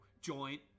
joint